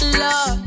love